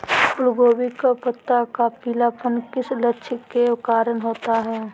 फूलगोभी का पत्ता का पीलापन किस लक्षण के कारण होता है?